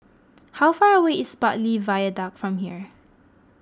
how far away is Bartley Viaduct from here